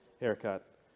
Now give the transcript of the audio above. haircut